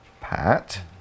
Pat